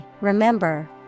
remember